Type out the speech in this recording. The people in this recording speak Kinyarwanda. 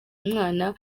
umwana